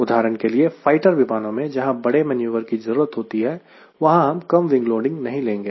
उदाहरण के लिए फाइटर विमानों में जहां बड़े मैन्युवर की जरूरत होती है वहां हम कम विंग लोडिंग नहीं लेंगे